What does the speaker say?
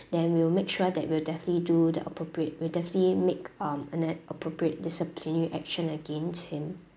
then we'll make sure that will definitely do the appropriate we'll definitely make um ana~ appropriate disciplinary action against him